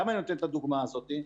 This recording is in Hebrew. למה אני נותן את הדוגמא הזאת?